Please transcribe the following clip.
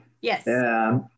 Yes